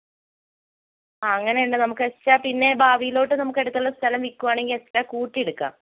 ആ അങ്ങനെയുണ്ട് നമുക്കെസ്ട്രാ പിന്നേ ഭാവിയിലോട്ട് നമുക്കടുത്തതുള്ള സ്ഥലം വിൽക്കുവാണെങ്കിൽ നമുക്കെസ്ട്രാ കൂട്ടിയെടുക്കാം